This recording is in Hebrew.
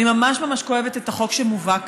אני ממש ממש כואבת את החוק שמובא כאן,